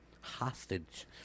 Hostage